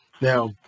Now